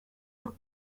los